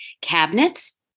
cabinets